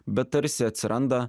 bet tarsi atsiranda